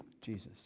Jesus